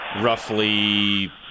roughly